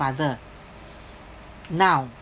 father now